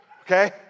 Okay